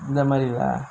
இந்த மாரிலா:intha maarilaa